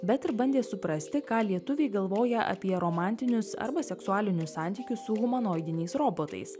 bet ir bandė suprasti ką lietuviai galvoja apie romantinius arba seksualinius santykius su humanoidiniais robotais